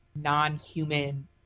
non-human